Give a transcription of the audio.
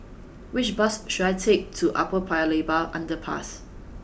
which bus should I take to Upper Paya Lebar Underpass